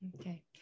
Okay